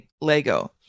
Lego